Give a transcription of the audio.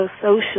social